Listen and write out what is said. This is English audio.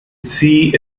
see